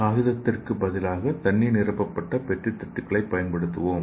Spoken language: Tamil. காகிதத்திற்கு பதிலாக தண்ணீர் நிரப்பப்பட்ட பெட்ரி தட்டுக்களை பயன்படுத்துவோம்